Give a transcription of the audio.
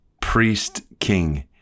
priest-king